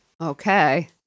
Okay